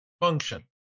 function